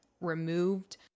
removed